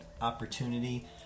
opportunity